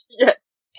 Yes